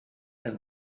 and